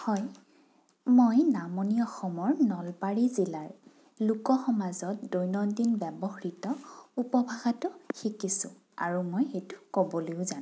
হয় মই নামনি অসমৰ নলবাৰী জিলাৰ লোকসমাজত দৈনন্দিন ব্যৱহৃত উপভাষাটো শিকিছোঁ আৰু মই সেইটো ক'বলৈয়ো জানো